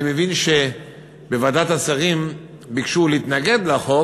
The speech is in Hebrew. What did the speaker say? אני מבין שבוועדת השרים ביקשו להתנגד לחוק,